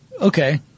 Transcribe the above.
Okay